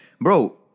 Bro